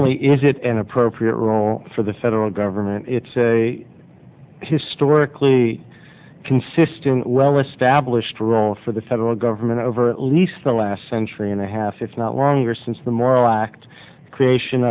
only is it an appropriate role for the federal government it's a historically consistent well established role for the federal government over at least the last century and a half if not longer since the moral act the creation